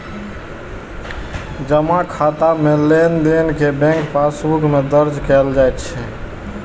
जमा खाता मे लेनदेन कें बैंक पासबुक मे दर्ज कैल जाइ छै